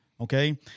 okay